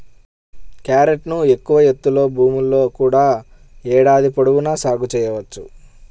క్యారెట్ను ఎక్కువ ఎత్తులో భూముల్లో కూడా ఏడాది పొడవునా సాగు చేయవచ్చు